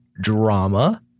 drama